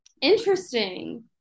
interesting